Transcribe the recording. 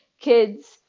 kids